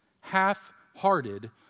Half-hearted